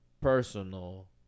personal